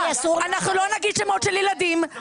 אנחנו לא נגיד שמות של ילדים,